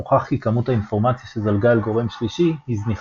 מוכח כי כמות האינפורמציה שזלגה אל גורם שלישי היא זניחה.